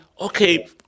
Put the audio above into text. okay